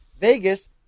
Vegas